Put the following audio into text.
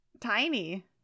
tiny